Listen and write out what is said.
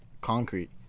concrete